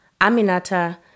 Aminata